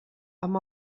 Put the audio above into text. amb